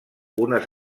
unes